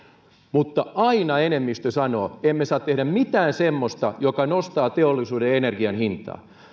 mutta aina enemmistö sanoo että emme saa tehdä mitään semmoista mikä nostaa teollisuuden energian hintaa